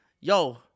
yo